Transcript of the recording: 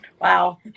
Wow